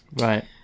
Right